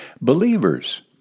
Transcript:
Believers